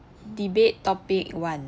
debate topic one